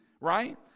right